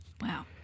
wow